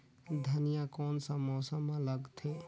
धनिया कोन सा मौसम मां लगथे?